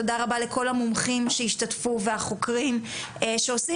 תודה רבה לכל המומחים שהשתתפו והחוקרים שעושים